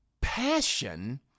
passion